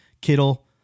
Kittle